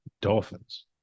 Dolphins